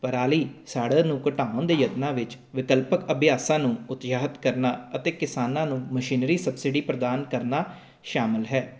ਪਰਾਲੀ ਸਾੜਨ ਨੂੰ ਘਟਾਉਣ ਦੇ ਯਤਨਾਂ ਵਿੱਚ ਵਿਕਲਪਕ ਅਭਿਆਸਾਂ ਨੂੰ ਉਤਸਾਹਿਤ ਕਰਨਾ ਅਤੇ ਕਿਸਾਨਾਂ ਨੂੰ ਮਸ਼ੀਨਰੀ ਸਬਸਿਡੀ ਪ੍ਰਦਾਨ ਕਰਨਾ ਸ਼ਾਮਿਲ ਹੈ